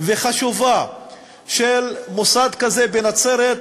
וחשובה של מוסד כזה בנצרת,